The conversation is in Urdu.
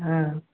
ہاں